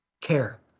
Care